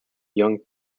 young